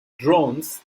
drones